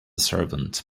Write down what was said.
servant